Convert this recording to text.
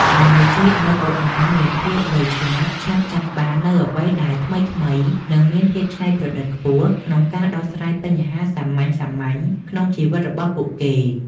ដែលជួយឱ្យកុមារមានភាពវៃឆ្លាត ឆាប់ចាប់បាននូវអ្វីដែលថ្មីៗ និងមានភាពច្នៃប្រឌិតខ្ពស់ក្នុងការដោះស្រាយបញ្ហាសាមញ្ញៗក្នុងជីវិតរបស់ពួកគេ។